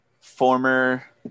former